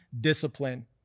discipline